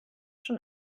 schon